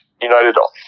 United